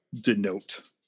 denote